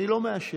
אני לא מאשר.